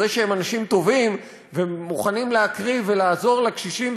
זה שהם אנשים טובים והם מוכנים להקריב ולעזור לקשישים,